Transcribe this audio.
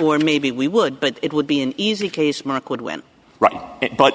or maybe we would but it would be an easy case mark would when writing it but